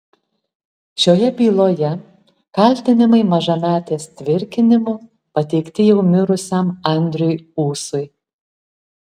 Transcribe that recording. šioje byloje kaltinimai mažametės tvirkinimu pateikti jau mirusiam andriui ūsui